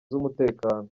z’umutekano